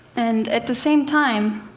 and at the same time,